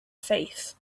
faith